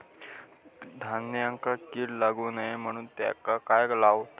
धान्यांका कीड लागू नये म्हणून त्याका काय लावतत?